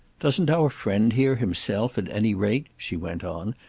doesn't our friend here himself, at any rate, she went on,